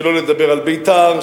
שלא לדבר על ביתר,